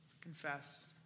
Confess